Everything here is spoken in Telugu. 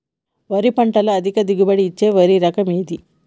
వరి పంట లో అధిక దిగుబడి ఇచ్చే వరి రకం ఏది?